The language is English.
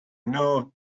know